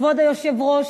כבוד היושב-ראש,